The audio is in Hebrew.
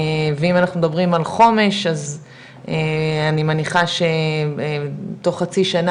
ואם אנחנו מדברים על חומש אז אני מניחה שתוך חצי שנה